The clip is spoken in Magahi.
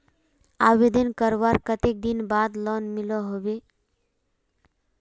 आवेदन करवार कते दिन बाद लोन मिलोहो होबे?